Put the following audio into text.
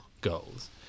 goals